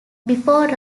before